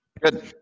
Good